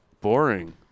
boring